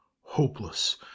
hopeless